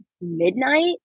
midnight